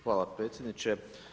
Hvala predsjedniče.